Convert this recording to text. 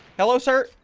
hello, sir.